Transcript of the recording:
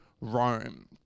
Rome